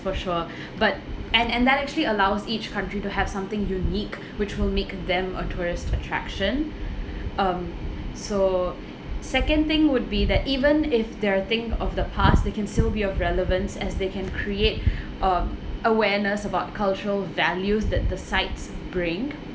for sure but and and that actually allows each country to have something unique which will make them a tourist attraction um so second thing would be that even if they are thing of the past they can still be of relevance as they can create um awareness about cultural values that the sites bring